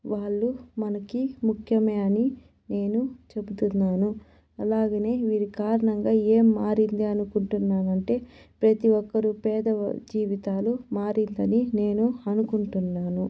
వాళ్లు మనకి ముఖ్యమే అని నేను చెబుతున్నాను అలాగనే వీరి కారణంగా ఏం మారింది అనుకుంటున్నాను అంటే ప్రతి ఒక్కరు పేద జీవితాలు మారిందని నేను అనుకుంటున్నాను